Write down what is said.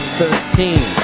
thirteen